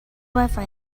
wifi